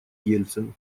ельцин